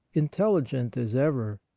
intelligent as ever,